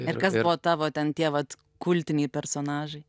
ir kas buvo tavo ten tie vat kultiniai personažai